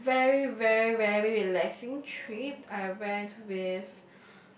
a very very very relaxing trip I went with